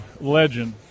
legend